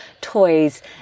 toys